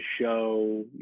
show